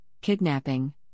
kidnapping